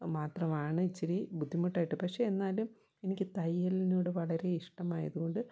മാത്രമാണിച്ചിരി ബുദ്ധിമുട്ടായിട്ട് പക്ഷെ എന്നാലും എനിക്ക് തയ്യലിനോട് വളരെ ഇഷ്ടമായതു കൊണ്ട്